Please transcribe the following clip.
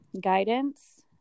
guidance